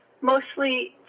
mostly